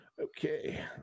Okay